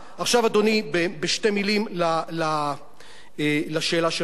עכשיו, אדוני, בשתי מלים לשאלה שלך.